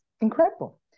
incredible